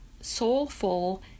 soulful